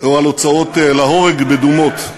או על הוצאות להורג מדומות.